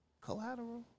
Collateral